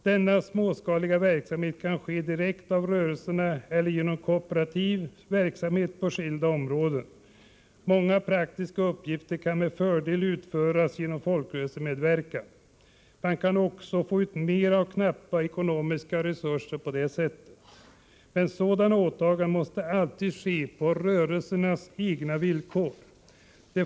Denna småskaliga verksamhet kan ske direkt av rörelserna eller genom kooperativ verksamhet på skilda områden. Många praktiska uppgifter kan med fördel utföras genom folkrörelsemedverkan. Man kan också få ut mer av knappa ekonomiska resurser på det sättet. Men sådana åtaganden måste alltid ske på rörelsernas egna villkor.